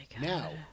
Now